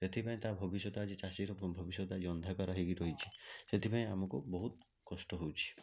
ଏଥିପାଇଁ ତା' ଭବିଷ୍ୟତ ଆଜି ଚାଷୀର ଭବିଷ୍ୟତ ଆଜି ଅନ୍ଧକାର ହେଇକି ରହିଛି ସେଥିପାଇଁ ଆମକୁ ବହୁତ କଷ୍ଟ ହେଉଛି